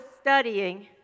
studying